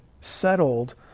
settled